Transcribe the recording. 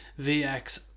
VX